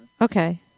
Okay